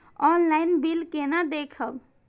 Online bill केना देखब?